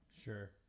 Sure